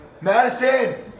Madison